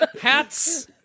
Hats